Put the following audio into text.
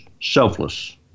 selfless